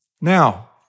Now